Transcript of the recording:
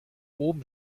oben